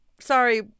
Sorry